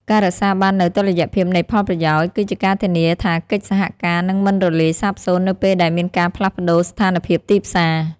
ការរក្សាបាននូវ "តុល្យភាពនៃផលប្រយោជន៍" គឺជាការធានាថាកិច្ចសហការនឹងមិនរលាយសាបសូន្យនៅពេលដែលមានការផ្លាស់ប្តូរស្ថានភាពទីផ្សារ។